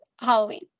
Halloween